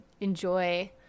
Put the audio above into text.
enjoy